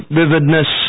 vividness